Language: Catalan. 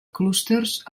clústers